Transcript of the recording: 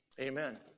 Amen